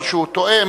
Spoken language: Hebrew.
לא שהוא טועם,